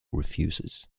refuses